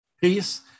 peace